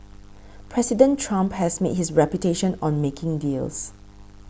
President Trump has made his reputation on making deals